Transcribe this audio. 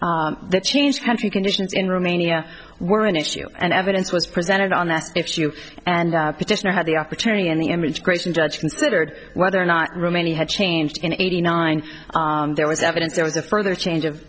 case the change country conditions in romania were an issue and evidence was presented on that issue and petitioner had the opportunity and the image gratian judge considered whether or not remain he had changed in eighty nine there was evidence there was a further change of